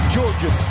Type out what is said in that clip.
Georgia